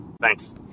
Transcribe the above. Thanks